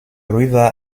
river